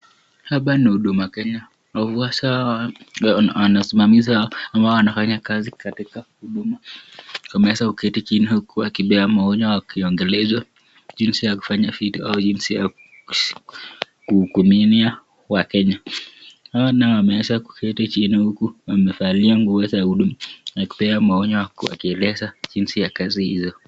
Hapa ni Huduma Kenya. Wafuasi wao wanasimama ama wanafanya kazi katika huduma. Wameweza kuketi chini huku wakipea maonyo, wakiongozwa jinsi ya kufanya vitu au jinsi ya kuduminia Wakenya. Hawa nao wameweza kuketi chini huku wamevaa nguo za huduma wakipewa maonyo na wakielezwa jinsi ya kazi hizo.